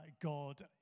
God